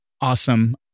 Awesome